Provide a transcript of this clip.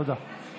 תודה.